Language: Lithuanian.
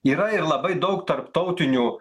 yra ir labai daug tarptautinių